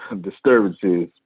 disturbances